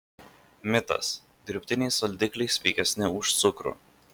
mitas dirbtiniai saldikliai sveikesni už cukrų